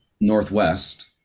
Northwest